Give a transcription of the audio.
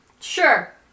Sure